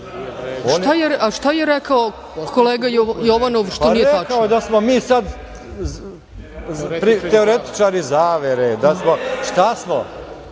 Šta je rekao kolega Jovanov što nije tačno? **Branko Lukić** Rekao je da smo mi sad teoretičari zavere. Šta smo?